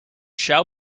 shall